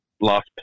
lost